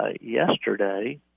yesterday